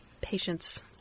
Patience